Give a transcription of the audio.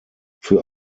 für